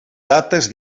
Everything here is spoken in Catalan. dates